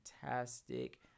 Fantastic